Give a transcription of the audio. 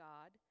God